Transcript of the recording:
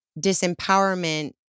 disempowerment